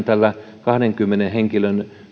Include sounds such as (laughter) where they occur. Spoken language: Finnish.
(unintelligible) tällä kahdenkymmenen henkilön